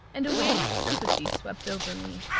and a wave of sympathy swept over me.